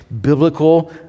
biblical